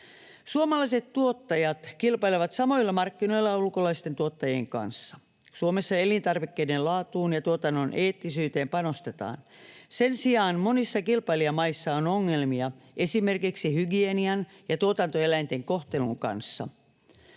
Suomalaiset tuottajat kilpailevat samoilla markkinoilla ulkomaisten tuottajien kanssa. Suomessa elintarvikkeiden laatuun ja tuotannon eettisyyteen panostetaan. Sen sijaan monissa kilpailijamaissa on ongelmia esimerkiksi hygienian ja tuotantoeläinten kohtelun kanssa